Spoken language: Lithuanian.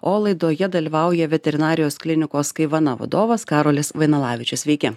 o laidoje dalyvauja veterinarijos klinikos kaivana vadovas karolis vainalavičius sveiki